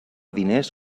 diners